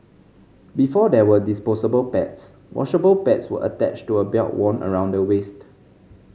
before there were disposable pads washable pads were attached to a belt worn around the waist